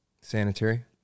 sanitary